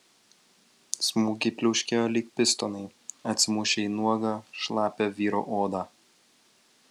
smūgiai pliaukšėjo lyg pistonai atsimušę į nuogą šlapią vyro odą